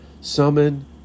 summon